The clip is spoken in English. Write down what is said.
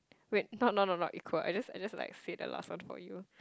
wait not not not not equal I just I just like say the last one for you